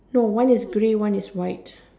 no one is grey one is white